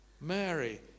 Mary